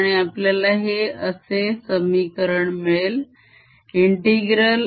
आणि आपल्याला हे असे समीकरण मिळेल